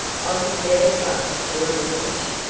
i could never trust to a message.